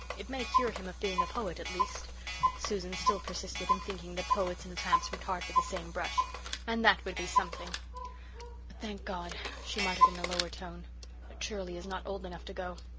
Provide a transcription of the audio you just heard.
it may cure him of being a poet, at least susan still persisted in thinking that poets and tramps were tarred with the same brush and that would be something. but thank god, she muttered in a lower tone, that shirley is not old enough to go.